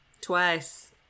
Twice